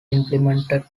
implemented